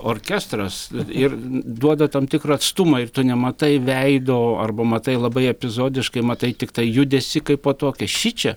orkestras ir duoda tam tikrą atstumą ir tu nematai veido arba matai labai epizodiškai matai tiktai judesį kaipo tokią šičia